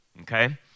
Okay